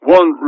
One